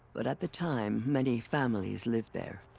but at the time, many families lived there.